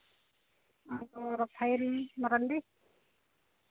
ᱟᱫᱚ ᱯᱷᱟᱭᱤᱞ ᱢᱟᱨᱟᱱᱰᱤ